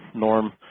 norm